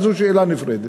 היא שאלה נפרדת,